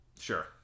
Sure